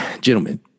Gentlemen